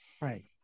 Right